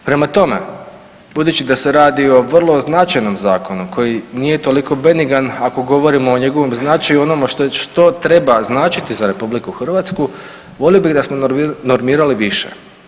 Prema tome, budući da se radi o vrlo značajnom zakonu koji nije toliko benigan ako govorimo o njegovom značaju i o onome što treba značiti za RH volio bih da smo normirali više.